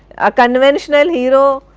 a conventional hero,